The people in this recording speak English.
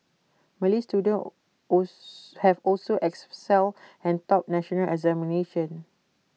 Malay students have also excelled and topped national examinations